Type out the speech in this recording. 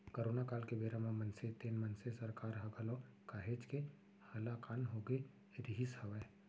corona काल के बेरा म मनसे तेन मनसे सरकार ह घलौ काहेच के हलाकान होगे रिहिस हवय